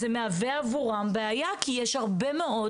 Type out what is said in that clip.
זה מהווה עבורן בעיה כי יש הרבה מאוד